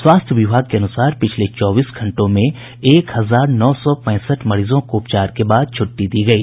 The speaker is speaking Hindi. स्वास्थ्य विभाग के अनुसार पिछले चौबीस घंटों में एक हजार नौ सौ पैंसठ मरीजों को उपचार के बाद छुट्टी दी गयी